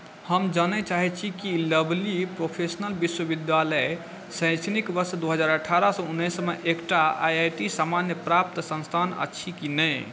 हम जानय चाहैत छी कि लवली प्रोफेशनल विश्वविद्यालय शैक्षणिक वर्ष दू हजार अठारहसँ उन्नैसमे एक टा A I C T E मान्याप्राप्त संस्थान अछि कि नहि